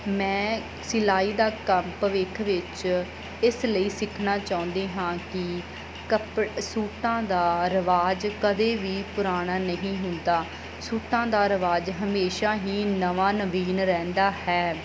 ਮੈਂ ਸਿਲਾਈ ਦਾ ਕੰਮ ਭਵਿੱਖ ਵਿੱਚ ਇਸ ਲਈ ਸਿੱਖਣਾ ਚਾਹੁੰਦੀ ਹਾਂ ਕਿ ਕੱਪੜੇ ਸੂਟਾਂ ਦਾ ਰਿਵਾਜ ਕਦੇ ਵੀ ਪੁਰਾਣਾ ਨਹੀਂ ਹੁੰਦਾ ਸੂਟਾਂ ਦਾ ਰਿਵਾਜ ਹਮੇਸ਼ਾ ਹੀ ਨਵਾਂ ਨਵੀਨ ਰਹਿੰਦਾ ਹੈ